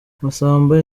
massamba